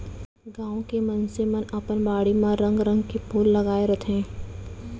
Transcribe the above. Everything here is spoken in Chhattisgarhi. गॉंव के मनसे मन अपन बाड़ी म रंग रंग के फूल लगाय रथें